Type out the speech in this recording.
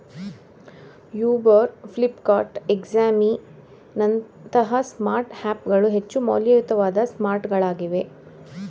Uber, Flipkart, ಎಕ್ಸಾಮಿ ನಂತಹ smart app ಗಳು ಹೆಚ್ಚು ಮೌಲ್ಯಯುತವಾದ ಸ್ಮಾರ್ಟ್ಗಳಾಗಿವೆ